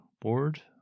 board